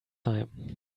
time